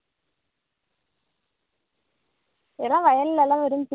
ஆ Samsung வாங்கறதா இல்லை blue star வாங்கறதா அப்படிங்கிறதுல